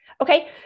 Okay